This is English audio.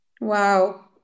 Wow